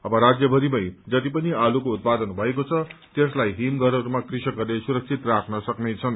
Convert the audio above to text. अब राज्यमरि मै जति पनि आलूको उत्पादन भएको छ त्यसलाई हिम घरहरूमा कृषकहरूले सुरक्षित राख्न सक्नेछन्